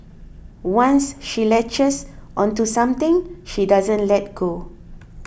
once she latches onto something she doesn't let go